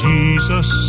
Jesus